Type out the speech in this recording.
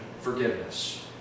forgiveness